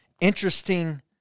interesting